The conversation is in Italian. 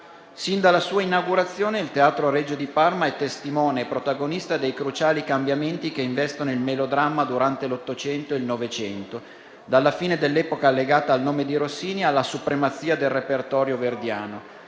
Sin dalla sua inaugurazione, il Teatro Regio di Parma è testimone e protagonista dei cruciali cambiamenti che investono il melodramma durante l'Ottocento e il Novecento, dalla fine dell'epoca legata al nome di Rossini alla supremazia del repertorio verdiano,